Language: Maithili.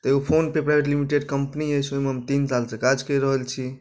तऽ एगो फोन पे प्राइवेट लिमिटेड कम्पनी अछि ओहिमे हम तीन सालसँ काज करि रहल छी